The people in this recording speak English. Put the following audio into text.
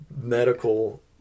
medical